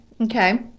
Okay